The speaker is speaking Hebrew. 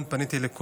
לתת את